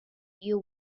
you